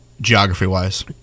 geography-wise